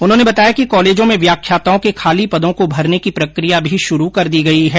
उन्होंने बताया कि कॉलेजों में व्याख्याताओं के खाली पदों को भरने की प्रक्रिया भी शुरू कर दी गई है